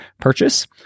purchase